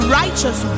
righteous